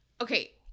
Okay